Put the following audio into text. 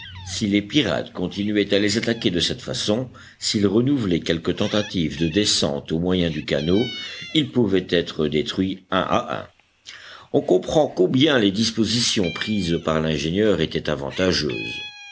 si les pirates continuaient à les attaquer de cette façon s'ils renouvelaient quelque tentative de descente au moyen du canot ils pouvaient être détruits un à un on comprend combien les dispositions prises par l'ingénieur étaient avantageuses